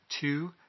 Two